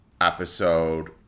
episode